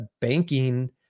banking